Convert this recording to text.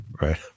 Right